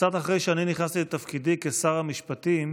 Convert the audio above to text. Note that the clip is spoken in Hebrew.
קצת אחרי שאני נכנסתי לתפקידי כשר המשפטים